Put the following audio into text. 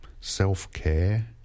self-care